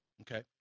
Okay